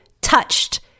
touched